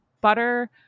butter